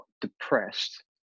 depressed